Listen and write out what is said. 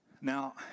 Now